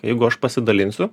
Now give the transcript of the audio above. jeigu aš pasidalinsiu